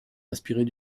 inspirés